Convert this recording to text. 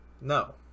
no